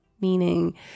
Meaning